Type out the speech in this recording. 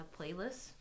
playlists